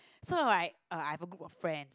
so it was right uh I got a group of friends